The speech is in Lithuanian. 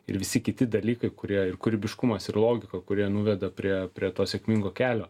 ir visi kiti dalykai kurie ir kūrybiškumas ir logika kurie nuveda prie prie to sėkmingo kelio